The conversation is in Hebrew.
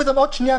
עוד שנייה.